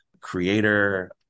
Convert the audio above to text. creator